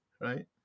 Right